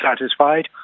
satisfied